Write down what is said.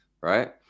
right